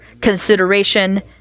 consideration